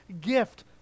gift